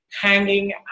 hanging